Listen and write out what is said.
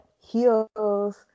heels